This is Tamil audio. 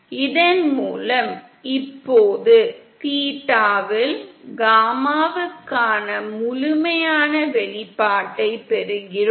இதன் மூலம் இப்போது தீட்டாவில் காமாவுக்கான முழுமையான வெளிப்பாட்டைப் பெறுகிறோம்